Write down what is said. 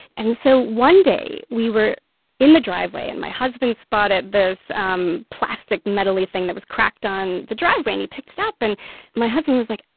and so one day, we were in the driveway. and my husband spotted this um plastic metally thing that was cracked on the driveway. and he picked it up. and my husband was like,